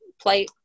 play